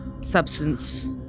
substance